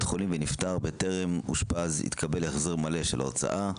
חולים ונפטר בטרם אושפז יתקבל החזר מלא של ההוצאה.